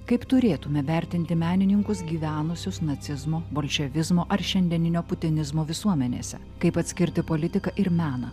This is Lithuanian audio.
kaip turėtume vertinti menininkus gyvenusius nacizmo bolševizmo ar šiandieninio putinizmo visuomenėse kaip atskirti politiką ir meną